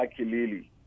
Akilili